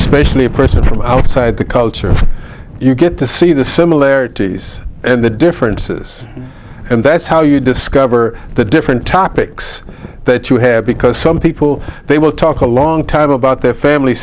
especially a person from outside the culture you get to see the similarities and the differences and that's how you discover the different topics that you have because some people they will talk a long time about their family